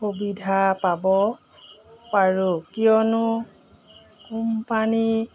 সুবিধা পাব পাৰোঁ কিয়নো কোম্পানী